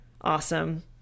awesome